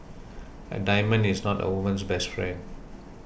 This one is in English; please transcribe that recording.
a diamond is not a woman's best friend